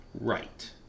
Right